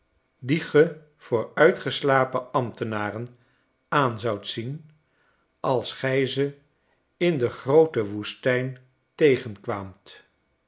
die ge voor uitgeslapen ambtenaren aan zoudt zien als gij ze in de groote woestijn tegenkwaamt